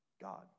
God